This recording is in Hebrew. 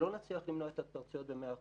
שלא נצליח למנוע את ההתפרצויות במאה אחוז.